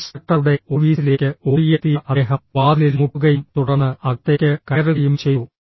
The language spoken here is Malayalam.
ഇൻസ്ട്രക്ടറുടെ ഓഫീസിലേക്ക് ഓടിയെത്തിയ അദ്ദേഹം വാതിലിൽ മുട്ടുകയും തുടർന്ന് അകത്തേക്ക് കയറുകയും ചെയ്തു